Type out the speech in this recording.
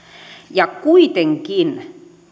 ja kuitenkin